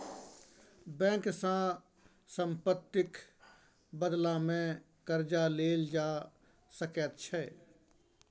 bank सँ सम्पत्तिक बदलामे कर्जा लेल जा सकैत छै